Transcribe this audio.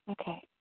Okay